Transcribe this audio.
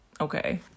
okay